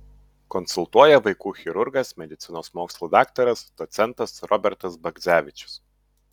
konsultuoja vaikų chirurgas medicinos mokslų daktaras docentas robertas bagdzevičius